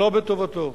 שלא בטובתו,